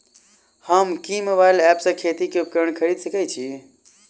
हम केँ mobile app सँ खेती केँ उपकरण खरीदै सकैत छी?